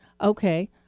Okay